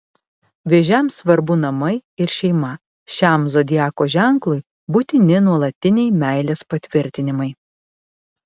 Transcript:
vėžiams svarbu namai ir šeima šiam zodiako ženklui būtini nuolatiniai meilės patvirtinimai